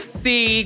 see